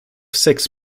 six